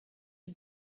you